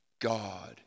God